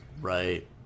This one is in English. right